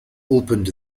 opened